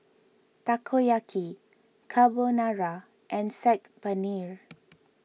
Takoyaki Carbonara and Saag Paneer